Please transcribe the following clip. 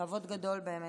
כבוד גדול באמת.